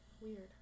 weird